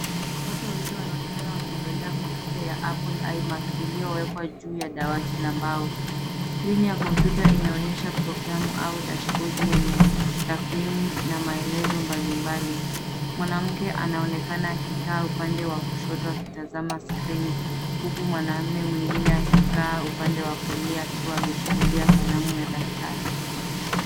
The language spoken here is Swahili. Watu wawili wanaonekana wakiangalia kompyuta ya Apple IMAC iliyowekwa juu ya dawati la mbao. Skrini ya kompyuta inaonyesha programu au dashbodi yenye takwimu na maelezo mbali mbali. Mwanamke anaonekana akikaa upande wa kushoto akitazama skrini, huku mwanamume mwingine akikaa upande wa kulia akiwa ameshikilia kalamu na daftari.